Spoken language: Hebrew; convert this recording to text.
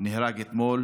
נהרג אתמול,